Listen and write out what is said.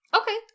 Okay